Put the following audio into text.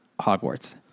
Hogwarts